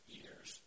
years